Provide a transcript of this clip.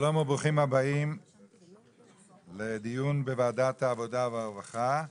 שלום וברוכים הבאים לדיון בוועדת העבודה והרווחה,